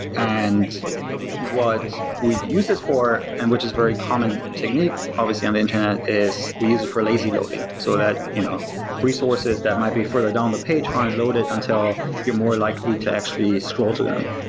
and what we'd use this and which is very common technique obviously on the internet, is we use it for lazy loading, so that you know resources that might be further down the page aren't loaded until you're more likely to actually scroll to them.